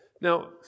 Now